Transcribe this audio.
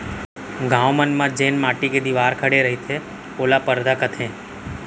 गॉंव मन म जेन माटी के दिवार खड़े रईथे ओला परदा कथें